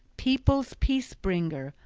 people's peace-bringer,